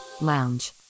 lounge